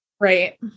Right